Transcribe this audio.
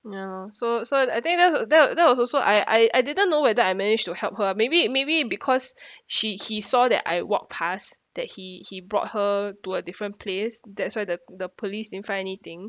ya lor so so I think that was that was that was also I I I didn't know whether I managed to help her maybe maybe because she he saw that I walked past that he he brought her to a different place that's why the the police didn't find anything